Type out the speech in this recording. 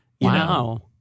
Wow